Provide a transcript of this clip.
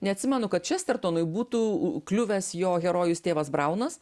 neatsimenu kad čestertonui būtų kliuvęs jo herojus tėvas braunas